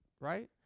right